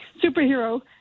superhero